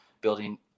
building